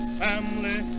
family